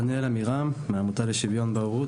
דניאל עמירם מהעמותה לשוויון בהורות.